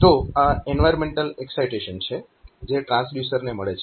તો આ environmental excitation છે જે ટ્રાન્સડ્યુસરને મળે છે